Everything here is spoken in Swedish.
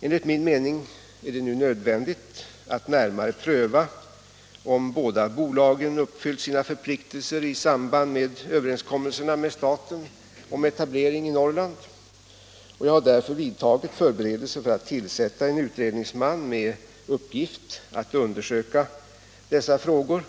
Enligt min mening är det nu nödvändigt att närmare pröva om båda — Nr 77 bolagen uppfyllt sina förpliktelser i samband med överenskommelserna Onsdagen den med staten om etableringarna i Norrland. Jag har därför vidtagit för 2 mars 1977 beredelser för att tillsätta en utredningsman med uppgift att undersöka LL dessa frågor.